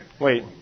Wait